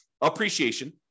Appreciation